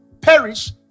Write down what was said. perish